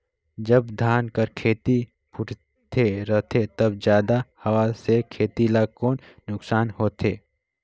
जब धान कर खेती फुटथे रहथे तब जादा हवा से खेती ला कौन नुकसान होथे?